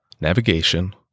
navigation